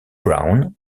brown